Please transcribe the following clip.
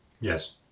Yes